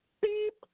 beep